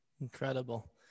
Incredible